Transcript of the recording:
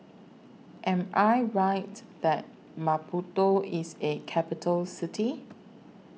Am I Right that Maputo IS A Capital City